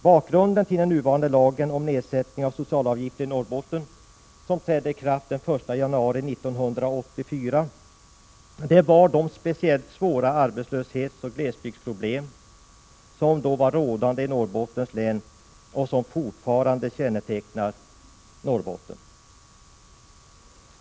Bakgrunden till den nuvarande lagen om nedsättning av socialavgifterna i Norrbottens län, som trädde i kraft den 1 januari 1984, är de speciellt svåra arbetslöshetsoch glesbygdsproblemen som var rådande i Norrbottens län och som fortfarande kännetecknar Norrbotten.